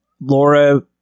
Laura